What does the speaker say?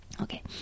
Okay